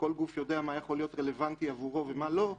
ולכן כל גוף יודע מה יכול להיות רלוונטי עבורו ומה לא.